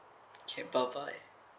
K bye bye